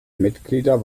mitglieder